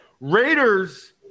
Raiders